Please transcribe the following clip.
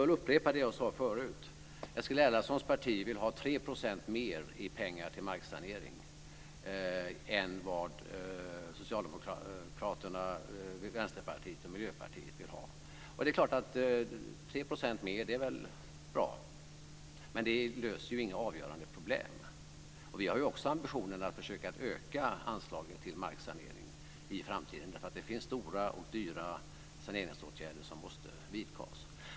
Jag får upprepa det som jag sade tidigare. Eskil Erlandssons parti vill ha 3 % mera pengar till marksanering än vad Socialdemokraterna, Vänsterpartiet och Miljöpartiet vill ha. Det är klart att det är bra med ytterligare 3 %. Men det löser ju inga avgörande problem. Vi har också ambitionen att försöka att öka anslaget till marksanering i framtiden. Det finns stora, dyra saneringsåtgärder som måste vidtas.